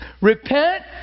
Repent